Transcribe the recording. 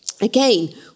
Again